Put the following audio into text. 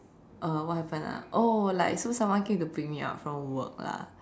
uh what happened ah oh like so someone came to pick me up from work lah